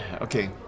Okay